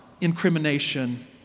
incrimination